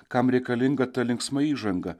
kam reikalinga ta linksma įžanga